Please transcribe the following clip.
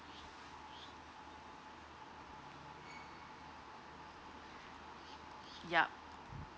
yup